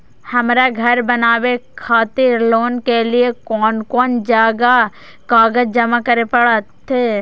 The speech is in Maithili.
हमरा घर बनावे खातिर लोन के लिए कोन कौन कागज जमा करे परते?